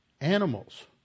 animals